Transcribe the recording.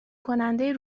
کننده